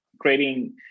creating